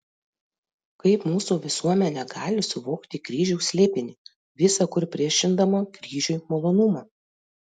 kaip mūsų visuomenė gali suvokti kryžiaus slėpinį visa kur priešindama kryžiui malonumą